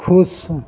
खुश